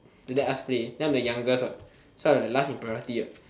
don't let us play then I'm the youngest what do I'm the last in priority what